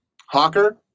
Hawker